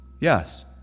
Yes